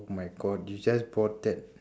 oh my god you just bought that